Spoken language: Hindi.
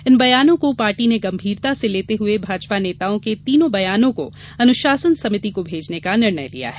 इन बयानों को पार्टी ने गंभीरता से लेते हुए भाजपा नेताओं के तीनों बयानों को अनुशासन समिति को भेजने का निर्णय लिया है